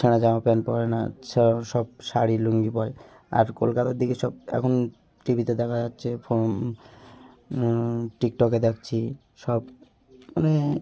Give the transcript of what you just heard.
ছেঁড়া জামা প্যান্ট পরে না ছেঁড়া সব শাড়ি লুঙ্গি পরে আর কলকাতার দিকে সব এখন টি ভিতে দেখা যাচ্ছে টিকটকে দেখছি সব মানে